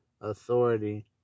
authority